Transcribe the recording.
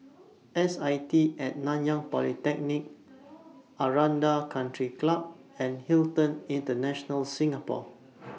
S I T At Nanyang Polytechnic Aranda Country Club and Hilton International Singapore